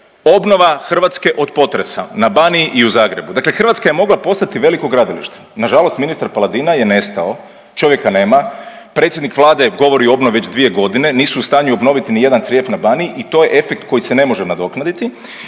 obnova Hrvatske od potresa na Baniji u Zagrebu. Dakle Hrvatska je mogla postati veliko gradilište. Nažalost ministar Paladina je nestao, čovjeka nema, predsjednik Vlade govori o obnovi već 2 godine, nisu u stanju obnoviti ni jedan crijep na Baniji i to je efekt koji se ne može nadoknaditi